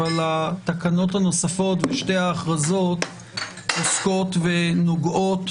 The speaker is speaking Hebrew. אבל התקנות הנוספות ושתי ההכרזות עוסקות ונוגעות